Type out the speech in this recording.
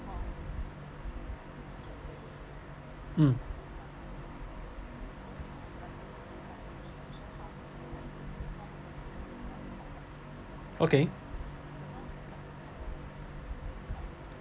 um okay